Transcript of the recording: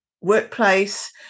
workplace